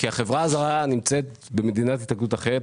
כי החברה הזרה נמצאת במדינת התאגדות אחרת,